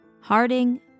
Harding